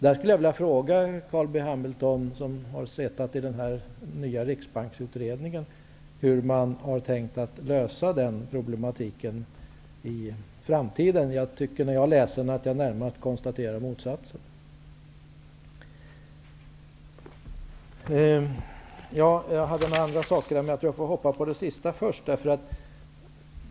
Jag skulle vilja fråga Carl Riksbanksutredningen, hur man har tänkt lösa den problematiken i framtiden. När jag läser utredningens betänkande konstaterar jag att det närmast är motsatsen som gäller, att riksdagen sorterar under Riksbanken. Sedan får jag nog hoppa så att jag av allt det övriga tar det sista först.